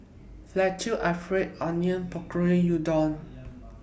Fettuccine Alfredo Onion Pakora Udon